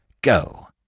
Go